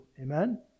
Amen